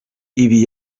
ibi